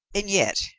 and yet,